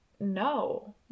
No